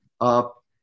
up